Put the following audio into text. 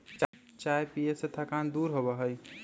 चाय पीये से थकान दूर होबा हई